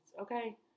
Okay